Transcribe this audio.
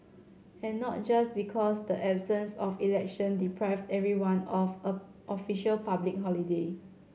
and not just because the absence of election deprived everyone of a official public holiday